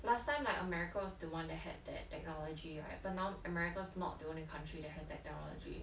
last time like america is the one that had that technology right but now america is not the only country that has that technology